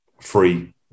free